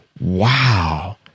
wow